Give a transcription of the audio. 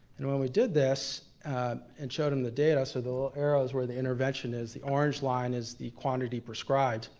and when we did this and showed him the data, so the little arrow's where the intervention is, the orange line is the quantity prescribed.